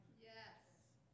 Yes